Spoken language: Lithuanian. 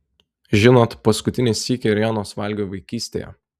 žinot paskutinį sykį ėrienos valgiau vaikystėje